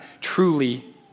truly